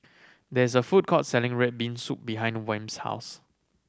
there is a food court selling red bean soup behind Wm's house